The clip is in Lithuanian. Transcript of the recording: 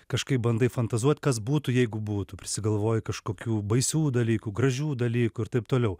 kažkaip bandai fantazuot kas būtų jeigu būtų prisigalvoji kažkokių baisių dalykų gražių dalykų ir taip toliau